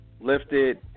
lifted